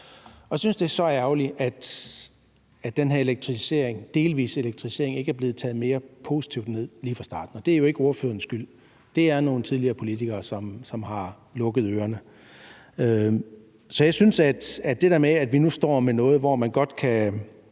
Jeg synes, at det er så ærgerligt, at den her delvise elektrificering ikke er blevet taget mere positivt ned lige fra starten. Det er jo ikke ordførerens skyld; det er nogle tidligere politikere, som har lukket ørerne. Jeg synes, at det der med, at vi nu står med noget, hvor man godt kan